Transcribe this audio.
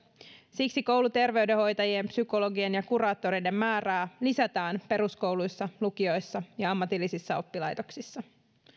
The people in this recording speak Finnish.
siksi kouluterveydenhoitajien psykologien ja kuraattoreiden määrää lisätään peruskouluissa lukioissa ja ja ammatillisissa oppilaitoksissa